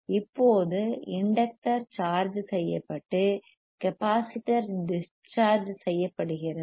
இப்போது inductor charge செய்யப்பட்டு capacitor discharge செய்யப்படுகிறது